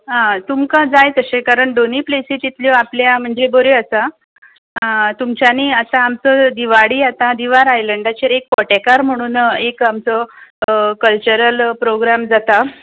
हां आं तुमकां जाय तशें करण दोनीय प्लेसी जितल्यो आपल्या म्हणजे बऱ्यो आसा तुमच्यानी आता आमचो दिवाडी दिवार आयलँडाचेर एक पोटेकार म्हूण एक आमचो कल्चरल प्रोग्राम जाता